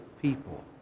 people